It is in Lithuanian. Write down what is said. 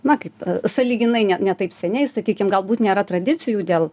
na kaip sąlyginai ne ne taip seniai sakykim galbūt nėra tradicijų dėl